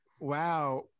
Wow